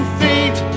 feet